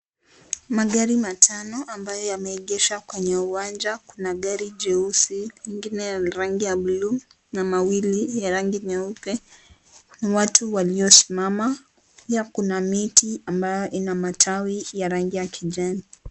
Magari matano ambayo yameegeshwa kwenye uwanja, kuna gari jeusi na ingine ya rangi ya buluu na mawili ya rangi nyeupe, watu waliosimama, pia kuna miti ambayo ina rangi ya kijani.